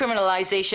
לגליזציה.